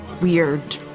weird